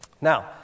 Now